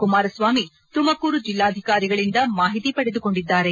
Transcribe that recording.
ಕುಮಾರಸ್ವಾಮಿ ತುಮಕೂರು ಜಿಲ್ಲಾಧಿಕಾರಿಗಳಿಂದ ಮಾಹಿತಿ ಪಡೆದುಕೊಂಡಿದ್ದಾರೆ